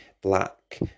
black